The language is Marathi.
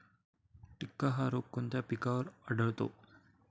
टिक्का हा रोग कोणत्या पिकावर आढळतो?